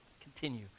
continue